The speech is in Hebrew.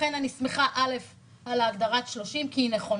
לכן אני שמחה על ההגדרה עד 30 שניות כי היא נכונה.